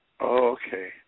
Okay